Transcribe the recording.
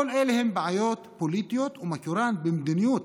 כל אלה הן בעיות פוליטיות ומקורן במדיניות